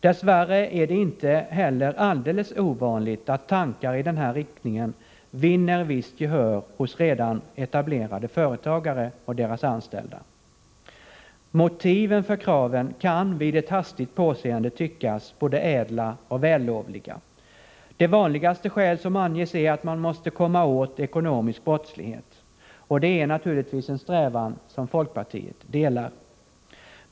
Dess värre är det inte alldeles ovanligt att tankar i den här riktningen vinner visst gehör hos redan etablerade företagare och deras anställda. Motiven för de här kraven kan vid ett hastigt påseende tyckas både ädla och vällovliga. Det vanligaste skäl som anges är att man måste komma åt ekonomisk brottslighet, och det är naturligtvis en strävan som folkpartiet delar.